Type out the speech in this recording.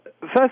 first